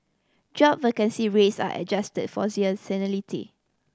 job vacancy rates are adjusted for seasonality